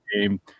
game